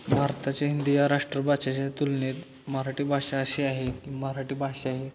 भारताच्या हिंदी या राष्ट्रभाषेच्या तुलनेत मराठी भाषा अशी आहे की मराठी भाषा ही